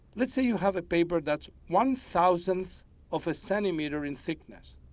let's say you have a paper that's one-thousandth of a centimeter in thickness.